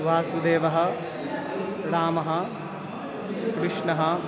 वासुदेवः रामः कृष्णः